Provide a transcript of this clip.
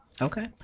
Okay